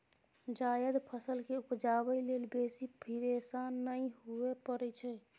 जायद फसल केँ उपजाबै लेल बेसी फिरेशान नहि हुअए परै छै